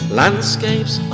landscapes